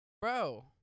Bro